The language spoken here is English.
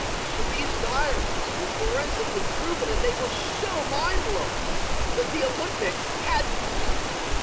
so these diaries were forensically proven and they were so mind blowing that the olympics had to do something.